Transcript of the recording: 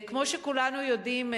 כמו שכולנו יודעים,